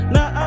Now